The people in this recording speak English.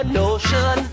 notion